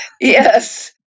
Yes